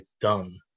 done